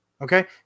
Okay